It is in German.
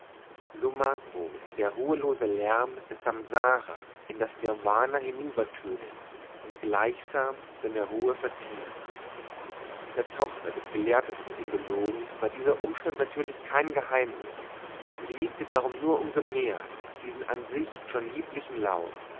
so mag wohl der ruhelose lärm des samsara in das nirvana hinübertönen und gleichsam seine ruhe vertiefen der tochter des gelehrtesten indologen war dieser umstand natürlich kein geheimnis und sie liebte darum nur umso mehr diesen an sich schon lieblichen laut